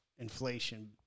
inflation